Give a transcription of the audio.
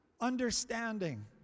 understanding